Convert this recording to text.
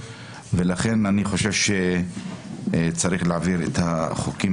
ולכן אני חושב שצריך להעביר את החוקים